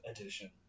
edition